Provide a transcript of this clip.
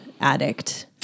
addict